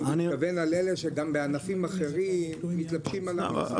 אני מתכוון לאלה שגם בענפים אחרים מתלבשים על המלחמה.